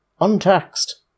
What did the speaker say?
untaxed